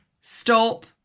stop